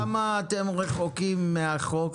כמה אתם רחוקים מהחוק?